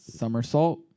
somersault